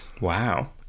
Wow